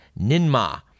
Ninma